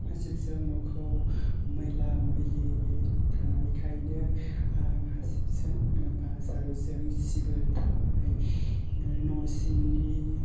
हासिबजों न'खौ मैला मैलि थानायखायनो आं हासिबजों बा जारुजों सिबो थाबाहाय न'सिंनि